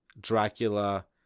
Dracula